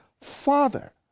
Father